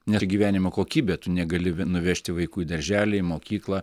net gyvenimo kokybė tu negali nuvežti vaikų į darželį į mokyklą